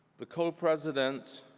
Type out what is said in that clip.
the co-presidents